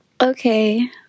Okay